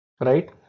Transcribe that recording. Right